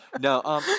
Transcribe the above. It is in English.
no